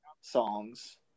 songs